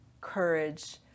courage